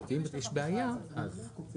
אני אגיד לגבי